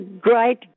great